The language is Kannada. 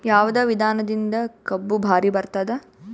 ಯಾವದ ವಿಧಾನದಿಂದ ಕಬ್ಬು ಭಾರಿ ಬರತ್ತಾದ?